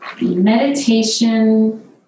meditation